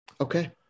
Okay